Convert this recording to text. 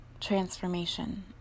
transformation